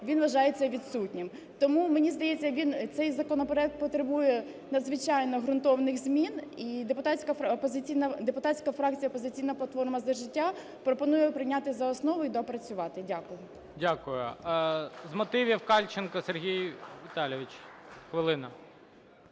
він вважається відсутнім. Тому мені здається, він, цей законопроект потребує надзвичайно ґрунтовних змін, і депутатська фракція "Опозиційна платформа – За життя" пропонує прийняти за основу і доопрацювати. Дякую. ГОЛОВУЮЧИЙ. Дякую. (Оплески) З мотивів – Кальченко Сергій Віталійович, хвилина.